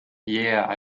yeah